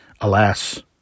Alas